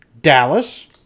Dallas